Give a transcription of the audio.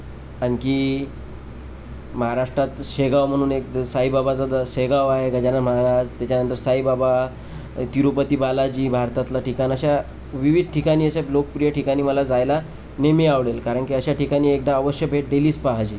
आणखी महाराष्टात शेगाव म्हणून एक साईबाबाचं द शेगाव आहे गजानन महाराज त्याच्यानंतर साईबाबा तिरुपती बालाजी भारतातलं ठिकाण अशा विविध ठिकाणी अशा लोकप्रिय ठिकाणी मला जायला नेहमी आवडेल कारण की अशा ठिकाणी एकदा अवश्य भेट दिलीच पाहिजे